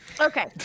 Okay